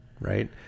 Right